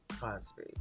Cosby